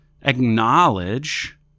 Acknowledge